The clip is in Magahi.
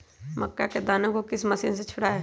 मक्का के दानो को किस मशीन से छुड़ाए?